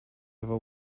ever